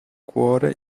cuore